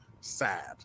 sad